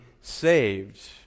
saved